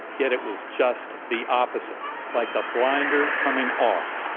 yet, it was just the opposite, like the blinders coming off.